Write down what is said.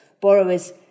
borrowers